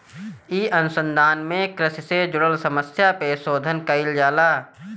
इ अनुसंधान में कृषि से जुड़ल समस्या पे शोध कईल जाला